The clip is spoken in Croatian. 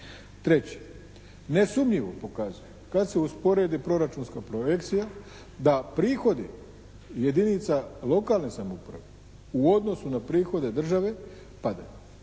Treće, nesumnjivo pokazuje kad se usporedi proračunska projekcija da prihodi jedinica lokalne samouprave u odnosu na prihode države padaju